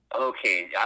Okay